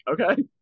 okay